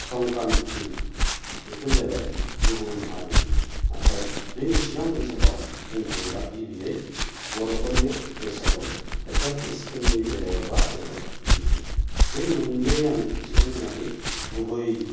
संख्रान्ति बेफोर जाहैबाय गुबुन हारिनि नाथाय जोंनि चिरां ओनसोलाव बुंनो थांब्ला गिबियै बर'फोरना बैसागु एसामिसफोरनि बेलायावबा जाहैबाय बिहु बे मोननैयानो चिरां जिल्लानि गुबै